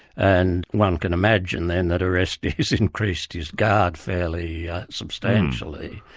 and one can imagine then that orestes increased his guard fairly substantially,